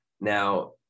Now